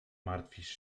martwisz